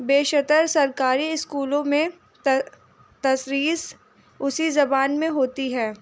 بیشتر سرکاری اسکولوں میں تدریس اسی زبان میں ہوتی ہے